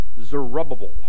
Zerubbabel